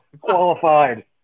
qualified